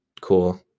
cool